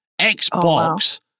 Xbox